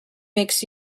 makes